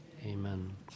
Amen